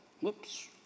whoops